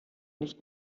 nicht